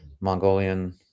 Mongolian